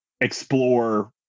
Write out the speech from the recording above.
explore